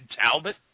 Talbot